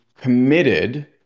committed